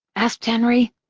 asked henry.